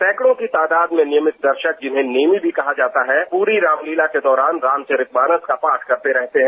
सैकड़ो की तादाद में नियमित दर्शक जिन्हें नेमि भी कहा जाता है पूरी रामलीला के दौरान रामचरित मानस का पाठ करते रहते हैं